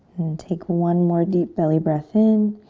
take one more deep belly breath in.